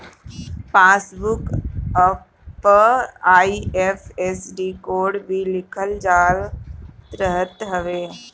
passbook पअ IFSC code भी लिखल रहत हवे